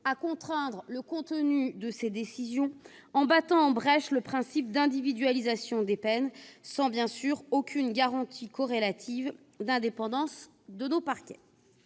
à contraindre le contenu de ses décisions en battant en brèche le principe d'individualisation des peines, sans bien sûr aucune garantie corrélative d'indépendance des parquets.